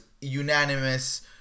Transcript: unanimous